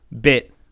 bit